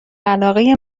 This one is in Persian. علاقه